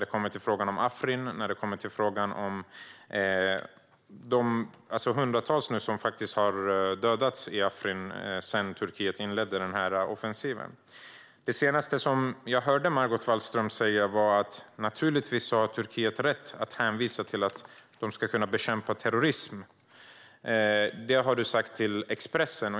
Det handlar om Afrin och de hundratals som faktiskt har dödats där sedan Turkiet inledde denna offensiv. Det senaste jag hörde Margot Wallström säga var att Turkiet naturligtvis har rätt att hänvisa till att man ska kunna bekämpa terrorism. Det sa utrikesministern till Expressen.